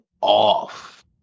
off